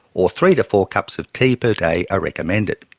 or three to four cups of tea per day are recommended.